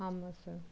ஆமாம் சார்